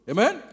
Amen